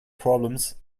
problems